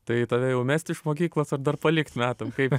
tai tave jau mest iš mokyklos ar dar palikt metam kaip